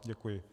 Děkuji.